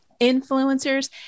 influencers